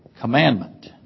commandment